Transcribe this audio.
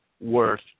worth